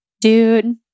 dude